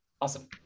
Awesome